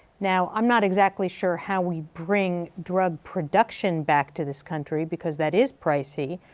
now i'm not exactly sure how we bring drug production back to this country, because that is pricey,